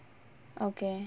okay